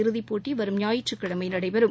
இறுதிப்போட்டிவரும் ஞாயிற்றுக்கிழமைநடைபெறும்